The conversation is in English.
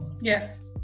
Yes